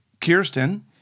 Kirsten